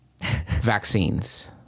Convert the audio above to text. vaccines